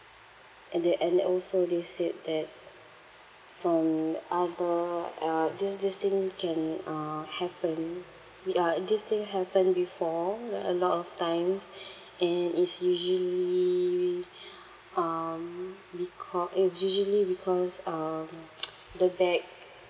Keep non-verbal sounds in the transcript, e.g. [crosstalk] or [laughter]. and they and they also they said that from other uh this this thing can uh happen we are it this thing happen before a lot of times and is usually um becau~ is usually because um [noise] the bag